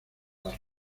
las